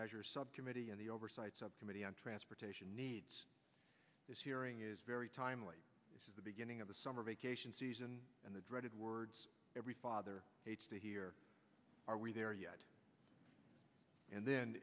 measures subcommittee and the oversight subcommittee on transportation needs this hearing is very timely this is the beginning of the summer vacation season and the dreaded words every father hates to hear are we there yet and then